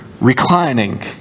reclining